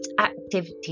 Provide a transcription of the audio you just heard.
activity